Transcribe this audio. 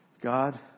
God